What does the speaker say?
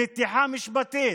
נתיחה משפטית.